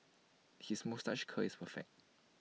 his moustache curl is perfect